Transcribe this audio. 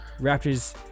Raptors